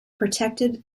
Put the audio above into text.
protected